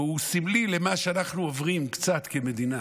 והוא סמלי למה שאנחנו עוברים קצת כמדינה,